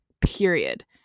period